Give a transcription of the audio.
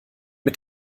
mit